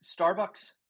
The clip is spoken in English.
Starbucks